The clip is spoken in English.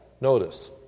Notice